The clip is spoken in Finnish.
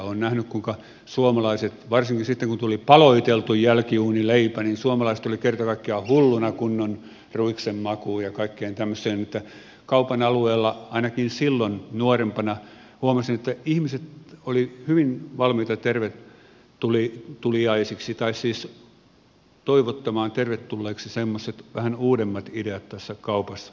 olen nähnyt kuinka suomalaiset varsinkin sitten kun tuli paloiteltu jälkiuunileipä ovat kerta kaikkiaan hulluna kunnon rukiin makuun ja kaikkeen tämmöiseen että kaupan alueella ainakin silloin nuorempana huomasin että ihmiset olivat hyvin valmiita toivottamaan tervetulleeksi semmoiset vähän uudemmat ideat tässä kaupassa